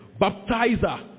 baptizer